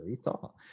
thought